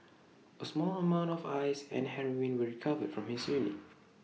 A small amount of ice and heroin were recovered from his unit